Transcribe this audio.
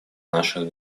наших